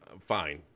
fine